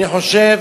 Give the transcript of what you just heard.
אני חושב